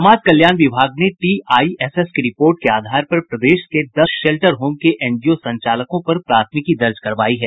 समाज कल्याण विभाग ने टीआईएसएस के रिपोर्ट की आधार पर प्रदेश के दस शेल्टर होम के एनजीओ संचालकों पर प्राथमिकी दर्ज करायी है